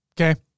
okay